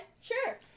sure